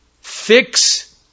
Fix